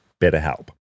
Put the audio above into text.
BetterHelp